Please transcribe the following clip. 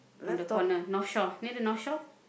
on the corner North Shore near the North Shore